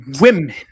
women